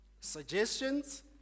Suggestions